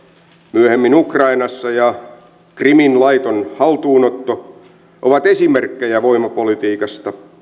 myöhemmin ukrainassa sekä krimin laiton haltuunotto ovat esimerkkejä voimapolitiikasta